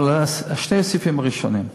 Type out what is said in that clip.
אבל שני הסעיפים הראשונים,